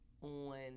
on